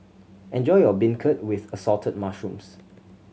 enjoy your beancurd with Assorted Mushrooms